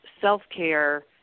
self-care